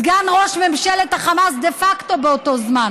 סגן ראש ממשלת החמאס דה פקטו באותו זמן